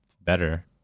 better